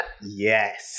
Yes